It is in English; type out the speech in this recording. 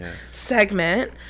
segment